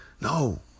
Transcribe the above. No